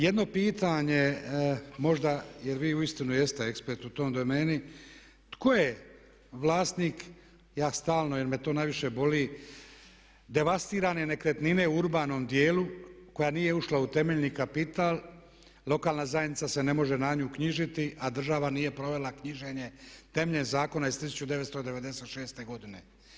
Jedno pitanje možda, jer vi uistinu jeste ekspert u toj domeni, tko je vlasnik, ja stalno jer me to najviše boli devastirane nekretnine u urbanom dijelu koja nije ušla u temeljni kapital lokalna zajednica se ne može na nju uknjižiti a država nije provela knjiženje temeljem Zakona iz 1996. godine.